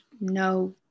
no